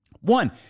One